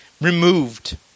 removed